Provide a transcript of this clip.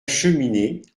cheminée